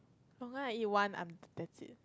longan I eat one I'm that's it